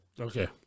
Okay